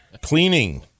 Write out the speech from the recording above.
cleaning